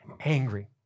angry